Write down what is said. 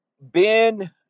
Ben